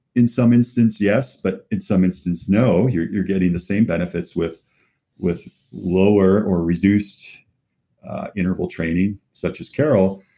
in some instance, yes, but in some instance, no, you're you're getting the same benefits with with lower or reduced interval training such as car o l.